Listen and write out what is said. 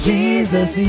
Jesus